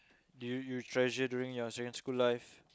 do you you treasure during your secondary school life